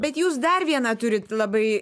bet jūs dar vieną turit labai